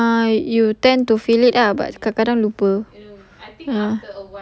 ah you tend to feel it lah but kadang-kadang lupa